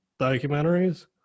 documentaries